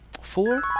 Four